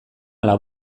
ala